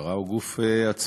המשטרה היא גוף עצמאי.